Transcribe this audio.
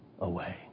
away